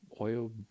oil